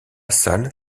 salle